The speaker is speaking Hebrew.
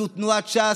זו תנועת ש"ס,